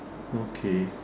okay